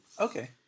okay